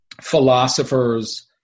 philosophers